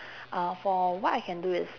uh for what I can do is